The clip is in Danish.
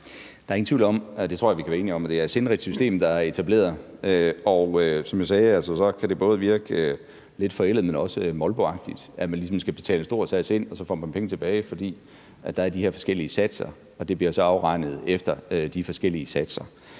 være enige om, at det er et sindrigt system, der er etableret. Og som jeg sagde, kan det både virke lidt forældet, men også molboagtigt, at man ligesom skal betale en stor sats ind, og så får man penge tilbage, fordi der er de her forskellige satser, og det bliver så afregnet efter de forskellige satser